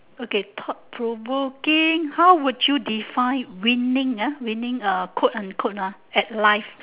okay thought provoking how would you define winning ah winning uh quote unquote ah at life